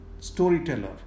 storyteller